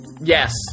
Yes